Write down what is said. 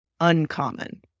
uncommon